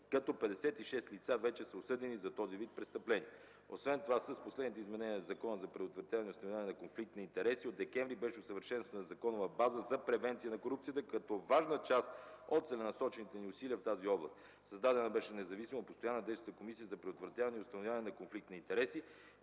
като 56 лица вече са осъдени за този вид престъпление. Освен това с последните изменения в Закона за предотвратяване и установяване на конфликт на интереси от месец декември беше усъвършенствана законова база за превенция на корупцията като важна част от целенасочените ни усилия в тази област. Създадена беше независима, постоянно действаща Комисия за предотвратяване и установяване на конфликт на интереси,